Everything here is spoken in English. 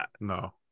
no